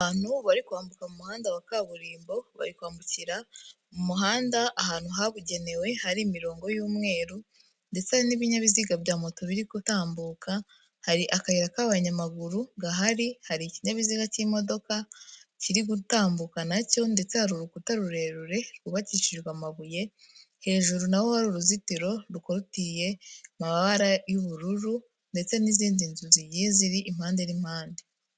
Abantu bari kwambuka umuhanda wa kaburimbo bari kwambukira umuhanda ahantu habugenewe hari imirongo y'umweru ndetse hari n'ibinyabiziga bya moto biri gutambuka hari akayira k'abanyamaguru gahari hari ikinyabiziga cy'imodoka kirigutambuka nacyo ndetse hari urukuta rurerure rwubakishijwe amabuye hejuru naho hari uruzitiro rukorotiriye mu mabara y'ubururu ndetse n'izindi nzu zigiye ziri impande n'impande.